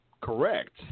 correct